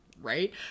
right